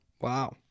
Wow